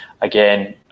again